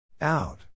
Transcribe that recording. Out